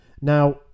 Now